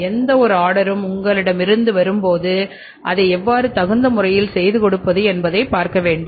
எந்தவொரு ஆர்டரும் உங்களிடம் வரும்போது அதை எவ்வாறு தகுந்த முறையில் செய்து கொடுப்பது என்பதை பார்க்க வேண்டும்